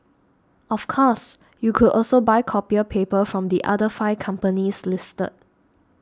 of course you could also buy copier paper from the other five companies listed